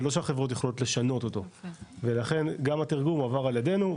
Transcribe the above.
זה לא שהחברות יכולות לשנות אותו ולכן גם התרגום הועבר על ידינו,